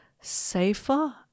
safer